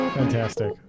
fantastic